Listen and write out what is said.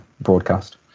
Broadcast